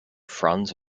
franz